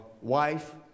wife